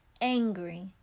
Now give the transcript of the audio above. angry